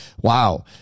Wow